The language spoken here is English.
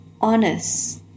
honest